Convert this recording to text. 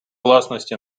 власності